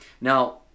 Now